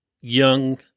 young